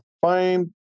find